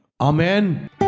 Amen